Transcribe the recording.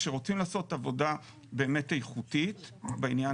כשרוצים לעשות עבודה באמת איכותית בעניין